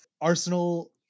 Arsenal